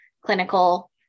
clinical